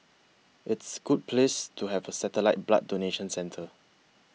it's good place to have a satellite blood donation centre